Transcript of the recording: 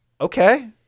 okay